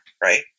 Right